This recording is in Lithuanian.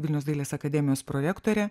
vilniaus dailės akademijos prorektore